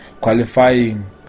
qualifying